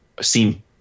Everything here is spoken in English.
seem